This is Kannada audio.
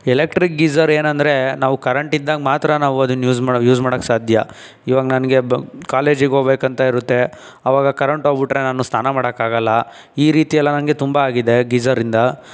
ಎಲೆಕ್ಟ್ರಿಕ್ ಗೀಜರ್ ಏನೆಂದರೆ ನಾವು ಕರೆಂಟಿದ್ದಾಗ ಮಾತ್ರ ನಾವು ಅದನ್ನು ಯೂಸ್ ಮಾಡ ಯೂಸ್ ಮಾಡೋಕ್ಕೆ ಸಾಧ್ಯ ಇವಾಗ ನನಗೆ ಬ್ ಕಾಲೇಜಿಗೆ ಹೋಗ್ಬೇಕಂತ ಇರುತ್ತೆ ಅವಾಗ ಕರಂಟ್ ಹೋಗ್ಬಿಟ್ರೆ ನಾನು ಸ್ನಾನ ಮಾಡೋಕ್ಕಾಗಲ್ಲ ಈ ರೀತಿಯೆಲ್ಲ ನನಗೆ ತುಂಬ ಆಗಿದೆ ಗೀಜರಿಂದ